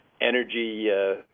energy